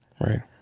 Right